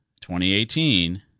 2018